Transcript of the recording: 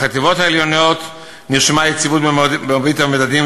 בחטיבות העליונות נרשמה יציבות במרבית המדדים,